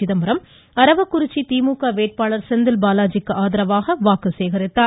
சிதம்பரம் அரவக்குறிச்சி திமுக வேட்பாளர் செந்தில்பாலாஜிக்கு ஆதரவாக வாக்கு சேகரித்தார்